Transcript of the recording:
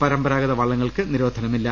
പരമ്പരാ ഗത വള്ളങ്ങൾക്ക് നിരോധനമില്ല